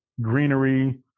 greenery